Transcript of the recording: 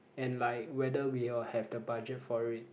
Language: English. and like whether we will have the budget for it